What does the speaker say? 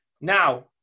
Now